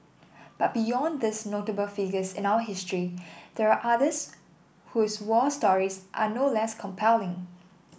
but beyond these notable figures in our history there are others whose war stories are no less compelling